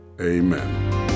Amen